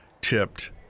tipped